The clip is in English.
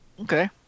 Okay